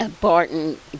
Barton